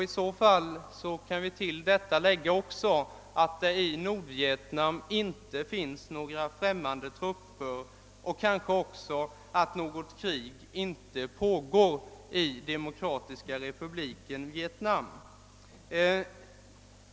I så fall kan: vi till detta lägga att det i Nordvietnarn inte finns några främmande trupper och att något krig inte pågår i Demokratiska Republiken Vietnam.